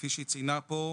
כפי שהיא ציינה פה,